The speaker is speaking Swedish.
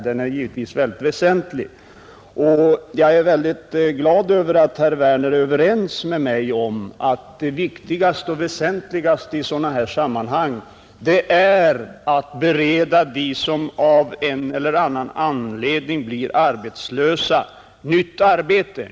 Den är givetvis väsentlig, och jag är glad över att herr Werner är överens med mig om att det viktigaste i sådana här sammanhang är att bereda dem som av en eller annan anledning blir arbetslösa nytt arbete.